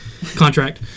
contract